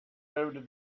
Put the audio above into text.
every